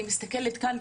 אני מסתכלת כאן,